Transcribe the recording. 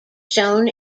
shown